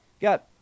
got